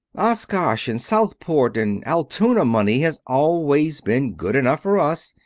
oshkosh and southport and altoona money has always been good enough for us.